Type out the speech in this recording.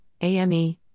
AME